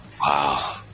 Wow